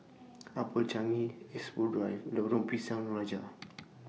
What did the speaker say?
Upper Changi Expo Drive Lorong Pisang Raja